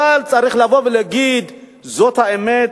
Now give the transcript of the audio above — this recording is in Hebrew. אבל צריך לבוא ולהגיד: זאת האמת,